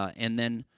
and then,